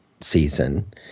season